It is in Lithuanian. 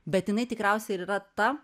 bet jinai tikriausiai ir yra ta